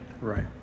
Right